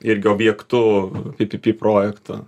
irgi objektu ppp projekto